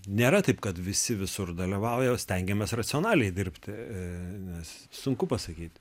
nėra taip kad visi visur dalyvauja stengiamės racionaliai dirbt ė nes sunku pasakyt